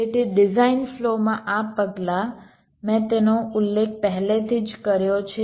તેથી ડિઝાઇન ફ્લોમાં આ પગલાં મેં તેનો ઉલ્લેખ પહેલેથી જ કર્યો છે